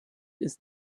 ist